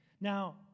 Now